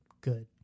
good